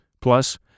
plus